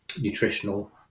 nutritional